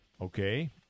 okay